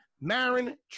Marin